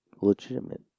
Legitimate